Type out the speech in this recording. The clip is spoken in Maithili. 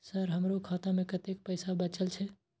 सर हमरो खाता में कतेक पैसा बचल छे?